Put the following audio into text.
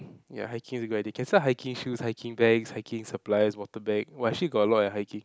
ya hiking is a good idea can sell hiking shoes hiking bags hiking supplies water bag !wah! actually got a lot eh hiking